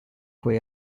cui